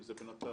אם זה "בן עטר".